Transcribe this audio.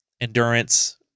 endurance